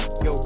yo